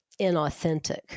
inauthentic